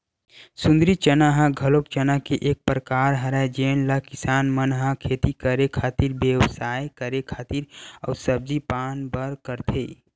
सुंदरी चना ह घलो चना के एक परकार हरय जेन ल किसान मन ह खेती करे खातिर, बेवसाय करे खातिर अउ सब्जी पान बर करथे